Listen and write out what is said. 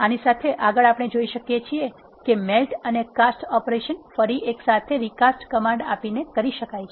આની સાથે આગળ આપણે જોઈ શકીએ છીએ કે મેલ્ટ અને કાસ્ટ ઓપરેશન ફરી એક સાથે રિકાસ્ટ કમાન્ડ આપીને કરી શકાય છે